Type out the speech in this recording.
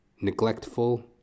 Neglectful